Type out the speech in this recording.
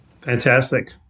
Fantastic